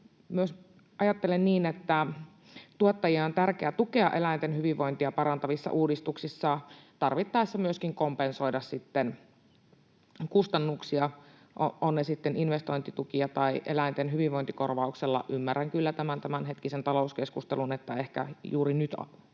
Ajattelen myös niin, että tuottajia on tärkeää tukea eläinten hyvinvointia parantavissa uudistuksissa, tarvittaessa myöskin kompensoida kustannuksia, ovat ne sitten investointitukia tai eläinten hyvinvointikorvauksia. Ymmärrän kyllä tämän tämänhetkisen talouskeskustelun, että ehkä juuri nyt